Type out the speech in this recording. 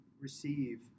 receive